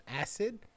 acid